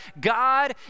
God